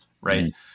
right